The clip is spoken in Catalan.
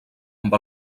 amb